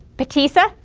batista,